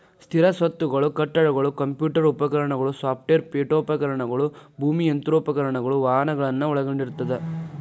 ಸ್ಥಿರ ಸ್ವತ್ತುಗಳು ಕಟ್ಟಡಗಳು ಕಂಪ್ಯೂಟರ್ ಉಪಕರಣಗಳು ಸಾಫ್ಟ್ವೇರ್ ಪೇಠೋಪಕರಣಗಳು ಭೂಮಿ ಯಂತ್ರೋಪಕರಣಗಳು ವಾಹನಗಳನ್ನ ಒಳಗೊಂಡಿರ್ತದ